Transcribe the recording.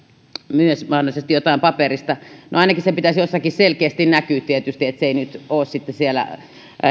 myös mahdollisesti jotain paperilla no ainakin sen pitäisi tietysti jossakin selkeästi näkyä että esimerkiksi se kuljetus ei nyt ole sitten siellä